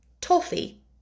toffee